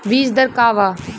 बीज दर का वा?